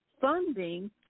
funding